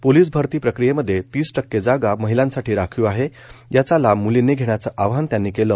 police भरती प्रक्रियेमध्ये तीस टक्के जागा महिलांसाठी राखीव आहे याचा लाभ मुर्लीनी घेण्याचं आवाहन त्यांनी केलं